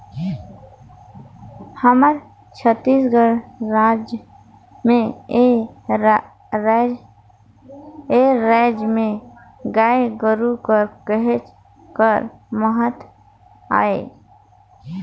हमर छत्तीसगढ़ राज में ए राएज में गाय गरू कर कहेच कर महत अहे